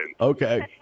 Okay